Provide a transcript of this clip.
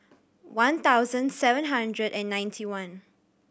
one thousand seven hundred and ninety one